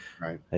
Right